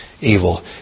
evil